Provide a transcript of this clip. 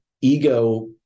ego